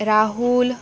Rahul